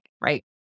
Right